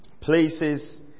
places